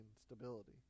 stability